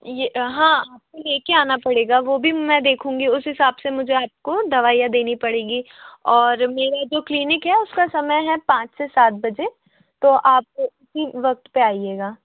ये हाँ आप को ले के आना पड़ेगा वो भी मैं देखूँगी उस हिसाब से मुझे आप को दवाइयाँ देनी पड़ेगी और मेरा जो क्लीनिक है उसका समय है पाँच से सात बजे तो आप उसी वक़्त पे आइएगा